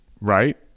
right